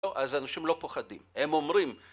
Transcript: אז אנשים לא פוחדים, הם אומרים